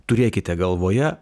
turėkite galvoje